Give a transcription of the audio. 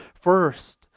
First